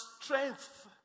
strength